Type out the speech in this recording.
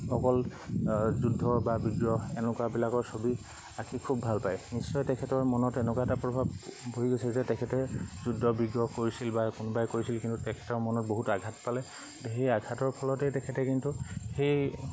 অকল যুদ্ধ বা বিগ্ৰহ এনেকুৱাবিলাকৰ ছবি আঁকি খুব ভাল পায় নিশ্চয় তেখেতৰ মনত এনেকুৱা এটা প্ৰভাৱ বহি গৈছে যে তেখেতে যুদ্ধ বিগ্ৰহ কৰিছিল বা কোনোবাই কৰিছিল কিন্তু তেখেতৰ মনত বহুত আঘাত পালে সেই আঘাতৰ ফলতেই তেখেতে কিন্তু সেই